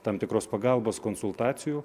tam tikros pagalbos konsultacijų